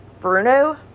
Bruno